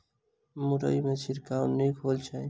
मुरई मे छिड़काव नीक होइ छै?